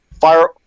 fire